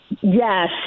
Yes